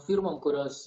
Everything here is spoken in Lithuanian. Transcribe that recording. firmom kurios